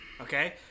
okay